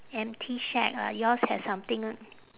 empty shack lah yours have something right